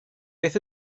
beth